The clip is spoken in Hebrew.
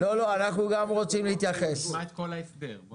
תשמע את כל ההסדר.